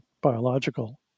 biological